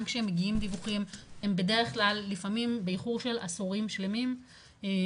כשמגיעים דיווחים הם בדרך כלל לפעמים באיחור של עשורים שלמים,